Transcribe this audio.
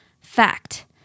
Fact